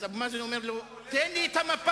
אז אבו מאזן אומר לו: תן לי את המפה